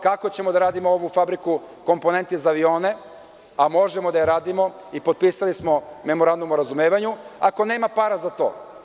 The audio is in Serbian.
Kako ćemo da radimo ovu fabriku, komponenti za avione, a možemo da je radimo, potpisali smo Memorandum o razumevanju, ako nema para za to?